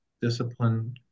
discipline